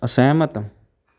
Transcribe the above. ਅਸਹਿਮਤ